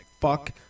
fuck